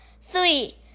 three